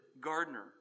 gardener